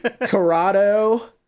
Corrado